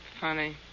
Funny